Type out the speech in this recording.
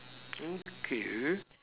okay